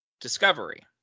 discovery